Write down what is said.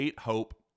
Hope